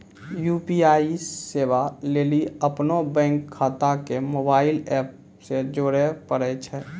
UPI सेबा लेली अपनो बैंक खाता के मोबाइल एप से जोड़े परै छै